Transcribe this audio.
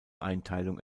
einteilung